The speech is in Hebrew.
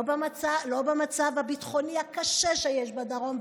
לא במצב הביטחוני הקשה שיש בדרום.